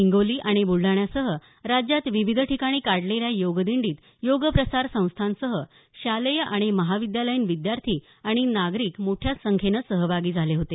हिंगोली आणि बुलडाण्यासह राज्यात विविध ठिकाणी काढलेल्या योग दिंडीत योग प्रसार संस्थांसह शालेय आणि महाविद्यालयीन विद्यार्थी आणि नागरिक मोठ्या संख्येनं सहभागी झाले होते